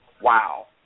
Wow